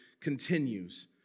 continues